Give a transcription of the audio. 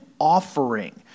offering